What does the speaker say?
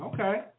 okay